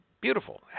Beautiful